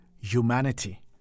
humanity